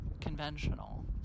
conventional